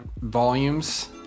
volumes